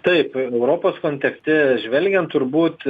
taip europos kontekste žvelgiant turbūt